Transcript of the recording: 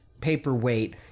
paperweight